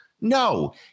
No